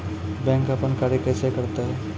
Bank अपन कार्य कैसे करते है?